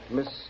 Miss